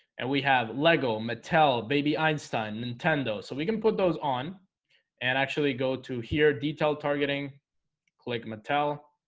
and we have lego mattel baby einstein nintendo so we can put those on and actually go to here detailed targeting click mattel